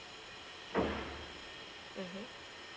mmhmm